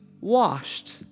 washed